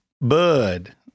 Bud